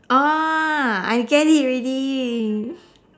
oh I get it already